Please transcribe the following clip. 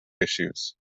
issues